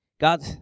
God